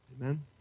Amen